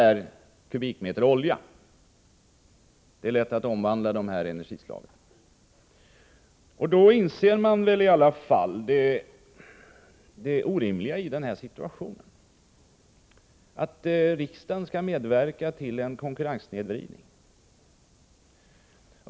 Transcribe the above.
olja? Man inser väl det orimliga i att riksdagen medverkar till en konkurrenssnedvridning?